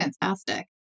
Fantastic